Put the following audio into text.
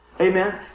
Amen